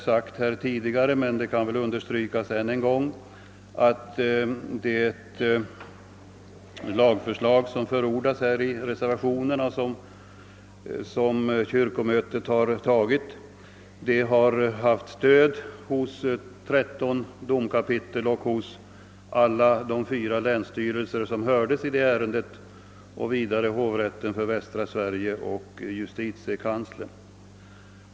Det har tidigare sagts men kan understrykas än en gång att det lagförslag, som förordats här av reservanterna och som kyrkomötet har antagit, har haft stöd hos alla de tretton domkapitlen och alla de fyra länsstyrelser som hörts i ärendet samt också hos hovrätten för västra Sverige och justitiekanslern.